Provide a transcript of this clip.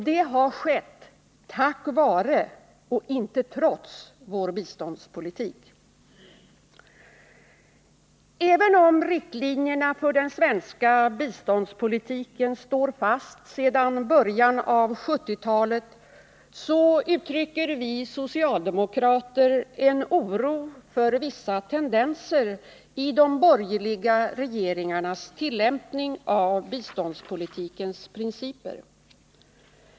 Detta har skett tack vare och inte trots vår biståndspolitik. Även om riktlinjerna för den svenska biståndspolitiken står fast sedan början av 1970-talet så uttrycker vi socialdemokrater en oro med anledning av vissa tendenser i de borgerliga regeringarnas tillämpning av biståndspolitikens principer.